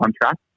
contract